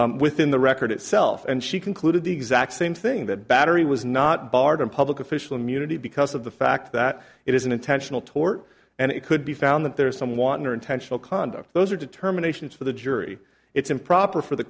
eagles within the record itself and she concluded the exact same thing that battery was not barred from public official immunity because of the fact that it is an intentional tort and it could be found that there is some want or intentional conduct those are determination for the jury it's improper for the